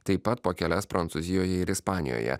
taip pat po kelias prancūzijoje ir ispanijoje